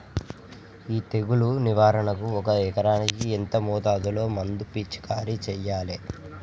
ఈ తెగులు నివారణకు ఒక ఎకరానికి ఎంత మోతాదులో మందు పిచికారీ చెయ్యాలే?